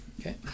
Okay